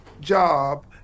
job